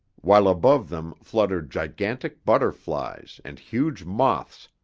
while above them fluttered gigantic butterflies and huge moths,